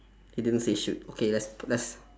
he didn't say shoot okay let's let's